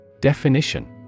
Definition